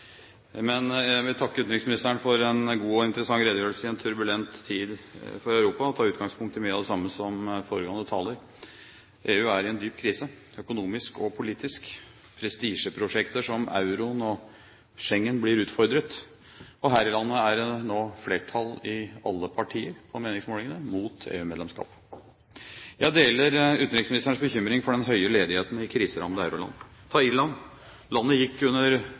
Jeg vil takke utenriksministeren for en god og interessant redegjørelse i en turbulent tid for Europa, og ta utgangspunkt i mye av det samme som foregående taler. EU er i en dyp krise, økonomisk og politisk. Prestisjeprosjekter som euroen og Schengen blir utfordret. Her i landet er det nå på meningsmålingene flertall i alle partier mot EU-medlemskap. Jeg deler utenriksminsterens bekymring for den høye ledigheten i kriserammede euroland. Ta Irland: Landet gikk under